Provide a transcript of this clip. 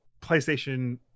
PlayStation